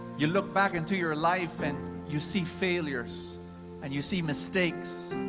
you look back into your life and you see failures and you see mistakes,